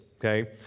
okay